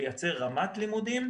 לייצר רמת לימודים,